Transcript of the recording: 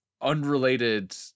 unrelated